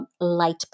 light